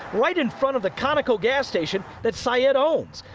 right in front of the kind of so gas station that said owns.